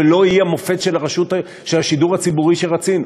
ולא היא המופת של השידור הציבורי שרצינו.